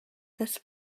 this